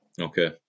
Okay